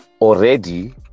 already